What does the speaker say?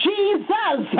Jesus